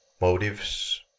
motives